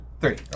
three